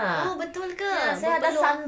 oh betul ke berpeluh